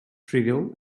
trivial